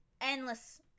Endless